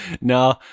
no